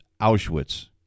Auschwitz